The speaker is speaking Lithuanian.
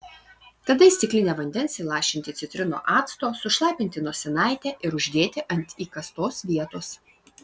tada į stiklinę vandens įlašinti citrinų acto sušlapinti nosinaitę ir uždėti ant įkastos vietos